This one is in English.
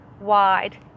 wide